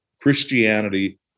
Christianity